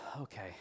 okay